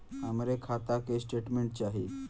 हमरे खाता के स्टेटमेंट चाही?